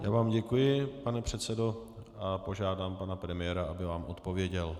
Já vám děkuji, pane předsedo, a požádám pana premiéra, aby vám odpověděl.